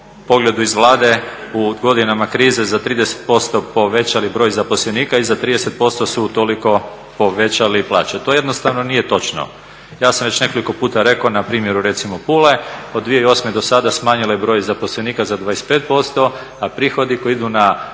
pogledu iz Vlade u godinama krize za 30% povećali broj zaposlenika i za 30% su utoliko povećali plaće. To jednostavno nije točno. Ja sam već nekoliko puta rekao na primjeru recimo Pule, od 2008. do sada smanjilo je broj zaposlenika za 25% a prihodi koji idu na